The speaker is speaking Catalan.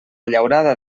llaurada